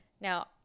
now